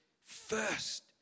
first